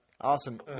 Awesome